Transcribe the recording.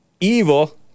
evil